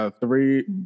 Three